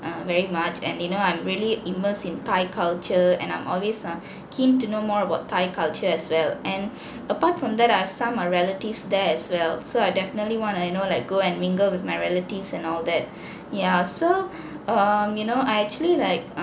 err very much and you know I'm really immersed in thai culture and I'm always ah keen to know more about thai culture as well and apart from that I have some uh relatives there as well so I definitely want to you know like go and mingle with my relatives and all that yeah so um you know I actually like